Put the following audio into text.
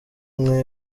umwe